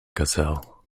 gazelle